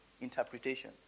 interpretation